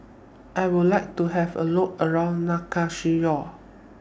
I Would like to Have A Look around Nouakchott